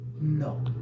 no